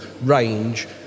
range